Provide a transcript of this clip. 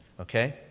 okay